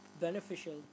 beneficial